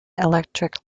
electric